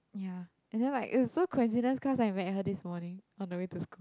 ya and then like it's so coincidence cause I've met her this morning on the way to school